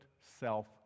self